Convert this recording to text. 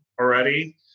already